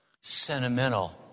sentimental